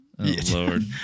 Lord